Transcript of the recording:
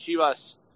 Chivas